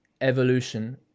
evolution